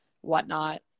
whatnot